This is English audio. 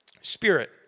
spirit